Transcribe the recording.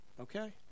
okay